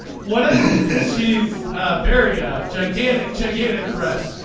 what. ah she's very a gigantic gigantic breasts.